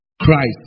Christ